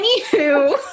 Anywho